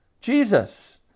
Jesus